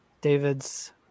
david's